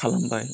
खालामबाय